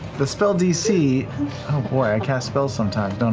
the spell dc oh boy i cast spells sometimes,